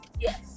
Yes